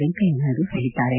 ವೆಂಕಯ್ಜನಾಯ್ಜು ಹೇಳಿದ್ದಾರೆ